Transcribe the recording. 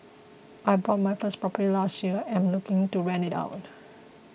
I bought my first property last year and looking to rent it out